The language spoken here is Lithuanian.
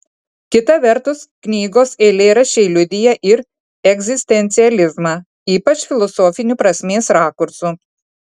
kita vertus knygos eilėraščiai liudija ir egzistencializmą ypač filosofiniu prasmės rakursu